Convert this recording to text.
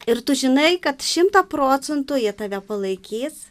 ir tu žinai kad šimtą procentų jie tave palaikys